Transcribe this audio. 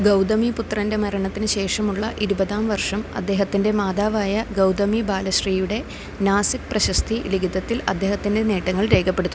ഗൌതമീപുത്രന്റെ മരണത്തിന് ശേഷമുള്ള ഇരുപതാം വർഷം അദ്ദേഹത്തിന്റെ മാതാവായ ഗൌതമി ബാലശ്രീയുടെ നാസിക് പ്രശസ്തി ലിഖിതത്തിൽ അദ്ദേഹത്തിന്റെ നേട്ടങ്ങൾ രേഖപ്പെടുത്തുന്നു